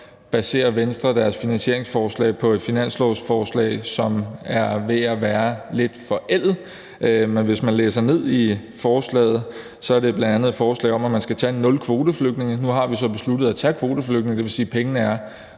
baserer Venstre deres finansieringsforslag på et finanslovsforslag, som er ved at være lidt forældet, men hvis man læser ned i forslaget, er der bl.a. et forslag om, at man skal tage nul kvoteflygtninge. Nu har vi så besluttet at tage kvoteflygtninge. Det vil sige, at pengene